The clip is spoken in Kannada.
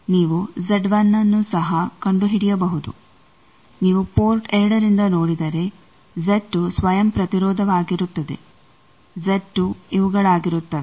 ನೀವು Z1 ನ್ನು ಸಹ ಕಂಡುಹಿಡಿಯಬಹುದು ನೀವು ಪೋರ್ಟ್ 2 ರಿಂದ ನೋಡಿದರೆ Z2 ಸ್ವಯಂ ಪ್ರತಿರೋಧವಾಗಿರುತ್ತದೆ Z2 ಇವುಗಳಾಗಿರುತ್ತವೆ